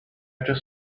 just